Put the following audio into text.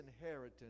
inheritance